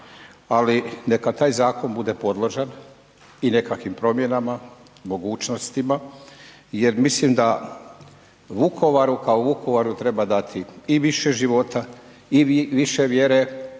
ali neka taj zakon bude podložak i nekakvim promjenama, mogućnostima jer mislim da Vukovaru kao Vukovaru treba dati i više života i više vjere